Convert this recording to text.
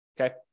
okay